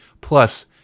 Plus